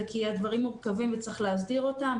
זה כי הדברים מורכבים וצריך להסדיר אותם.